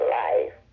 life